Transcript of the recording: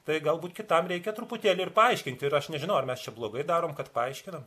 tai galbūt kitam reikia truputėlį ir paaiškinti ir aš nežinau ar mes čia blogai darom kad paaiškinam